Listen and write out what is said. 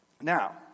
Now